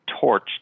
torch